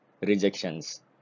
rejections